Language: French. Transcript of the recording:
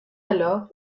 alors